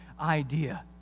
idea